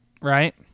right